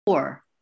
Four